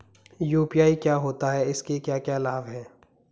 UPI क्या होता है इसके क्या क्या लाभ हैं?